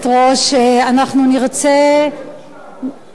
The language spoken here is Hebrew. אנחנו נרצה, בדיוק.